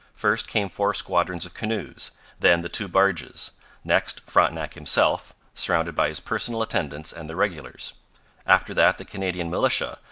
first came four squadrons of canoes then the two barges next frontenac himself, surrounded by his personal attendants and the regulars after that the canadian militia,